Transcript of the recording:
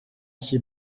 ces